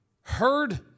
heard